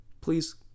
please